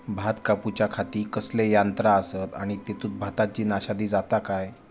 भात कापूच्या खाती कसले यांत्रा आसत आणि तेतुत भाताची नाशादी जाता काय?